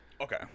okay